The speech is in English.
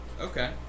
Okay